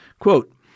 Quote